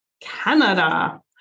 Canada